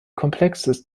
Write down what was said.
komplexes